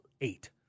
eight